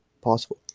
possible